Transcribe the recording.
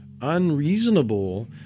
unreasonable